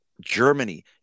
Germany